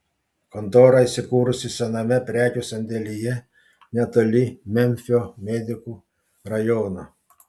kontora įsikūrusi sename prekių sandėlyje netoli memfio medikų rajono